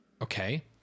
Okay